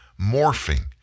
morphing